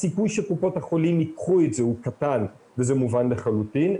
הסיכוי שקופות החולים יקחו את זה הוא קטן וזה מובן לחלוטין,